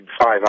five